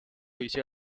一些